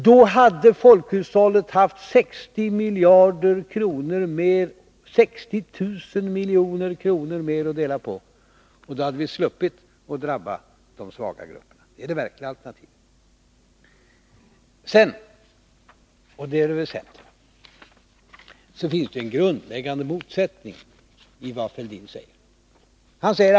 Då hade folkhushållet haft 60 000 milj.kr. mer att dela på. Då hade de svaga grupperna sluppit att drabbas. Det är det verkliga alternativet. Sedan — och det är det väsentliga — finns det en grundläggande motsättning i det Thorbjörn Fälldin säger.